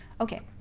Okay